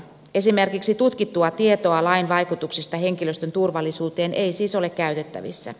esimerkiksi tutkittua tietoa lain vaikutuksista henkilöstön turvallisuuteen ei siis ole käyttävissä